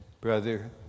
Brother